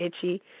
itchy